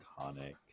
iconic